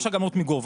אפשר גם למות מגובה,